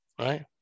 right